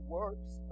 works